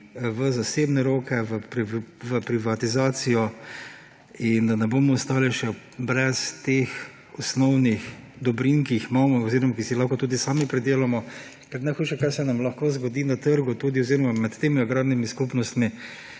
v zasebne roke, v privatizacijo, da ne bomo ostali še brez teh osnovnih dobrin, ki jih imamo oziroma ki si jih lahko tudi sami pridelamo. Najhujše, kar se nam lahko zgodi na trgu oziroma med temi agrarnimi skupnostmi,